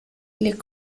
les